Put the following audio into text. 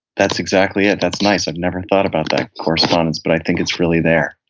that's exactly it. that's nice. i've never thought about that correspondence, but i think it's really there.